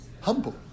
humble